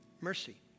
mercy